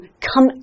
come